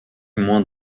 moins